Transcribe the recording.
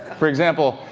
for example,